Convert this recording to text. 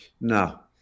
No